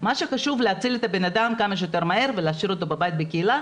מה שחשוב הוא להציל את האדם כמה שיותר מהר ולהשאיר אותו בבית בקהילה,